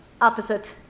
opposite